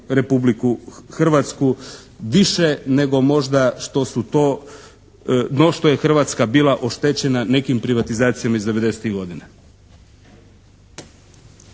Republiku Hrvatsku više nego možda što su to, no što je Hrvatska bila oštećena nekim privatizacijama iz '90-ih godina.